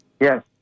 Yes